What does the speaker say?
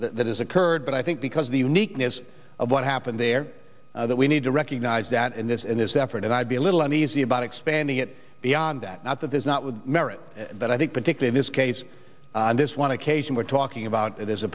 that has occurred but i think because the uniqueness of what happened there that we need to recognize that in this in this effort and i would be a little uneasy about expanding it beyond that not that there's not with merit but i think particularly this case and this one occasion we're talking about it is a